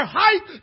height